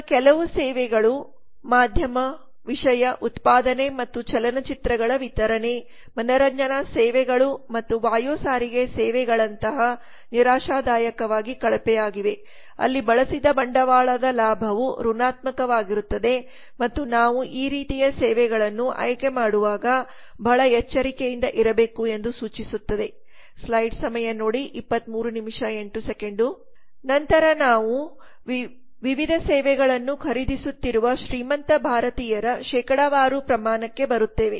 ಈಗ ಕೆಲವು ಸೇವೆಗಳು ಮಾಧ್ಯಮ ವಿಷಯ ಉತ್ಪಾದನೆ ಮತ್ತು ಚಲನಚಿತ್ರಗಳ ವಿತರಣೆ ಮನರಂಜನಾ ಸೇವೆಗಳು ಮತ್ತು ವಾಯು ಸಾರಿಗೆ ಸೇವೆಗಳಂತಹು ನಿರಾಶಾದಾಯಕವಾಗಿ ಕಳಪೆಯಾಗಿವೆ ಅಲ್ಲಿ ಬಳಸಿದ ಬಂಡವಾಳದ ಲಾಭವು ಋಣಾತ್ಮಕವಾಗಿರುತ್ತದೆ ಮತ್ತು ನಾವು ಈ ರೀತಿಯ ಸೇವೆಗಳನ್ನು ಆಯ್ಕೆಮಾಡುವಾಗ ಬಹಳ ಎಚ್ಚರಿಕೆಯಿಂದ ಇರಬೇಕು ಎಂದು ಸೂಚಿಸುತ್ತದೆ ನಂತರ ನಾವು ವಿವಿಧ ಸೇವೆಗಳನ್ನು ಖರೀದಿಸುತ್ತಿರುವ ಶ್ರೀಮಂತ ಭಾರತೀಯರ ಶೇಕಡಾವಾರು ಪ್ರಮಾಣಕ್ಕೆ ಬರುತ್ತೇವೆ